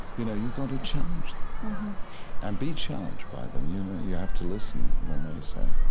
you know you've got to challenge them and be challenged by them. you know you have to listen when they say,